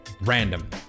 random